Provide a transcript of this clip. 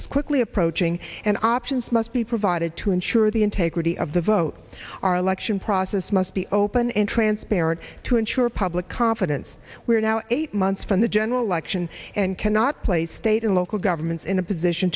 is quickly approaching and options must be provided to ensure the integrity of the vote our election process must be open and transparent to ensure public confidence we are now eight months from the general election and cannot play state and local governments in a position